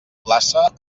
plaça